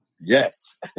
Yes